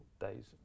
days